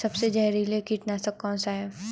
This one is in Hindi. सबसे जहरीला कीटनाशक कौन सा है?